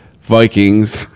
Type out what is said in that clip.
Vikings